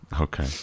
Okay